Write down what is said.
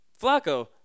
Flacco